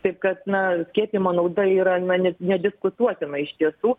taip kad na skiepijimo nauda yra na ne nediskutuotinai iš tiesų